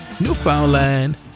Newfoundland